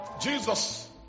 Jesus